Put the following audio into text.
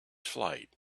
flight